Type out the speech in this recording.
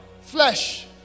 flesh